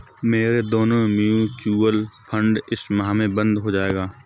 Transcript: मेरा दोनों mutual fund इस माह में बंद हो जायेगा